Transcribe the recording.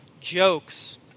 jokes